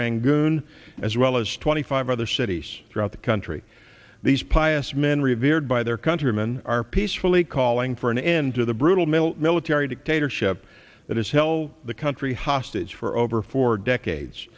rangoon as well as twenty five other cities throughout the country these pious men revered by their countrymen are peacefully calling for an end to the brutal mill military dictatorship that is hell the country hostage for over four decades